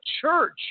church